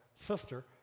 sister